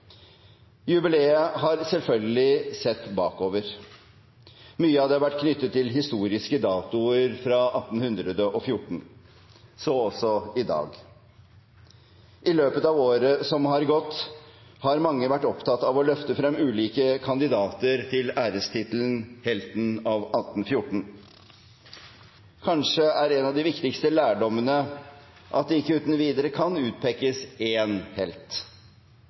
Jubileet har selvfølgelig sett bakover. Mye av det har vært knyttet til historiske datoer fra 1814 – så også i dag. I løpet av året som har gått, har mange vært opptatt av å løfte frem ulike kandidater til ærestittelen «helten av 1814». Kanskje er en av de viktigste lærdommene at det ikke uten videre kan utpekes én helt.